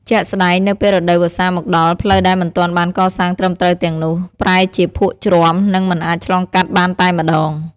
ជាក់ស្តែង នៅពេលរដូវវស្សាមកដល់ ផ្លូវដែលមិនទាន់បានកសាងត្រឹមត្រូវទាំងនោះ ប្រែជាភក់ជ្រាំ និងមិនអាចឆ្លងកាត់បានតែម្តង។